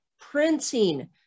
printing